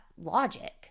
logic